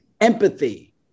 Empathy